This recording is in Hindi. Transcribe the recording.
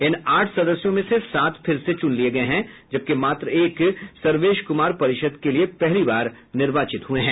इन आठ सदस्यों में से सात फिर से चुन लिये गये हैं जबकि मात्र एक सर्वेश कुमार परिषद् के लिए पहली बार निर्वाचित हुये हैं